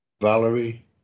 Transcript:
Valerie